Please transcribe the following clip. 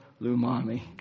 Lumami